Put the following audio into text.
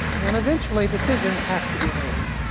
and eventually decisions have to be made.